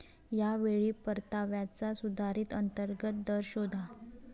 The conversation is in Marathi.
या वेळी परताव्याचा सुधारित अंतर्गत दर शोधा